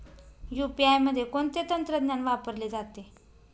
UPI मध्ये कोणते तंत्रज्ञान वापरले जाते?